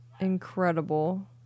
incredible